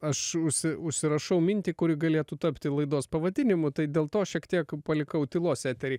aš užsi užsirašau mintį kuri galėtų tapti laidos pavadinimu tai dėl to šiek tiek palikau tylos etery